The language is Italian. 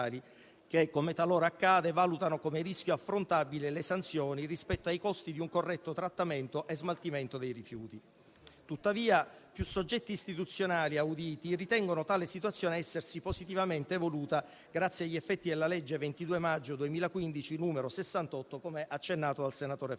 che, come talora accade, valutano come rischio affrontabile le sanzioni rispetto ai costi di un corretto trattamento e smaltimento dei rifiuti. Tuttavia, più soggetti istituzionali auditi ritengono tale situazione essersi positivamente evoluta grazie agli effetti della legge 22 maggio 2015, n. 68, come accennato dal senatore Ferrazzi.